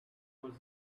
was